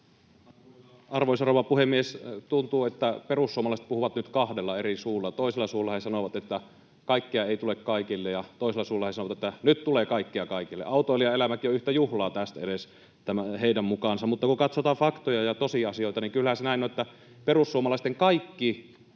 Arvoisa rouva puhemies! Tuntuu, että perussuomalaiset puhuvat nyt kahdella eri suulla. Toisella suulla he sanovat, että kaikkea ei tule kaikille, ja toisella suulla he sanovat, että nyt tulee kaikkea kaikille. Autoilijan elämäkin on yhtä juhlaa tästedes heidän mukaansa, mutta kun katsotaan faktoja ja tosiasioita, niin kyllähän se näin on, että perussuomalaisten kaikki